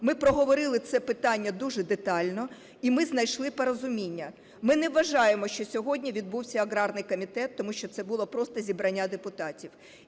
Ми проговорили це питання дуже детально і ми знайшли порозуміння. Ми не вважаємо, що сьогодні відбувся аграрний комітет, тому що це було просто зібрання депутатів.